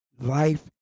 life